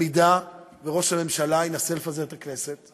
במקרה שראש הממשלה ינסה לפזר את הכנסת,